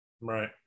right